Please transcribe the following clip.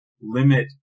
limit